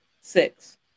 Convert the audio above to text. Six